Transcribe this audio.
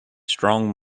strong